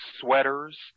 sweaters